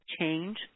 change